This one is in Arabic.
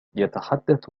يتحدث